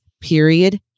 period